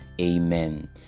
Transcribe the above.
Amen